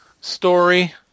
story